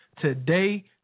today